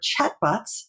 chatbots